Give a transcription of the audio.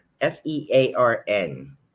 F-E-A-R-N